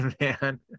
man